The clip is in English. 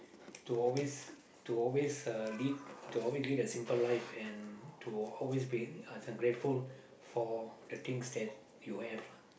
to always to always uh lead to always lead a simple life and to always be uh this one grateful for the things that you have lah